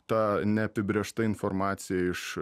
ta neapibrėžta informacija iš